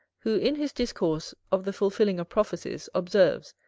who, in his discourse of the fulfilling of prophecies, observes,